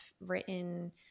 written